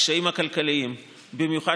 הקשיים הכלכליים, במיוחד